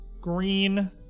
green